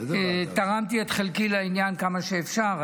תרמתי את חלקי לעניין כמה שאפשר,